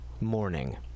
Morning